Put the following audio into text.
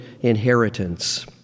inheritance